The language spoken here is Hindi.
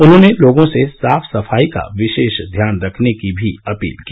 उन्होंने लोगों से साफ सफाई का विशेष ध्यान रखने की भी अपील की